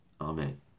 Amen